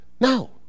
No